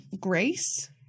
Grace